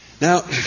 Now